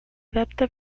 adapta